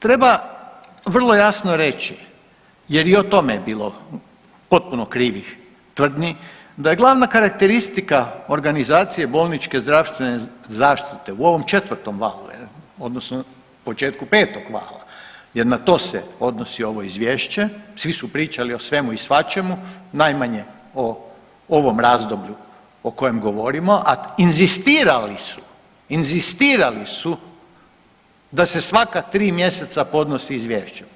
Treba vrlo jasno reći jer i o tome je bilo potpuno krivih tvrdnji da je glavna karakteristika organizacije bolničke zdravstvene zaštite u ovom 4. valu jel odnosno početku 5. vala jer na to se odnosi ovo izvješće, svi su pričali o svemu i svačemu, najmanje o ovom razdoblju o kojem govorimo, a inzistirali su, inzistirali su da se svaka 3 mjeseca podnosi izvješće.